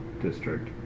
district